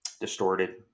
distorted